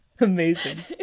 Amazing